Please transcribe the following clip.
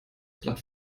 blatt